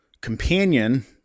companion